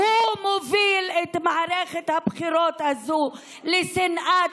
הוא מוביל את מערכת הבחירות הזו לשנאה